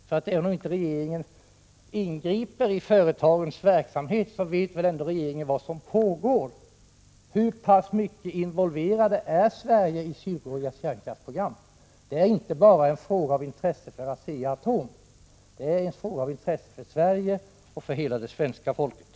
Även om inte regeringen ingriper i företagens verksamhet, vet väl regeringen vad som pågår. Hur pass mycket involverat är Sverige i Sydkoreas kärnkraftsprogram? Det är inte en fråga av intresse bara för ASEA-ATOM utan för Sverige och hela det svenska folket.